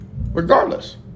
Regardless